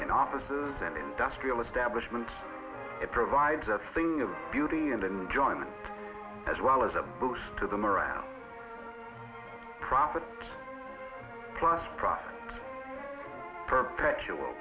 in offices and industrial establishment provides a thing of beauty and enjoyment as well as a boost to them around property plus profit perpetual